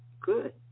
Good